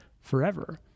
forever